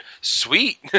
Sweet